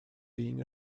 being